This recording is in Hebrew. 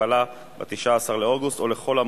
תודה רבה לסגנית השר גילה גמליאל.